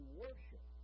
worship